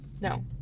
No